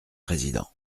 président